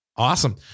Awesome